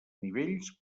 nivells